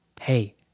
hey